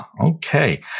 Okay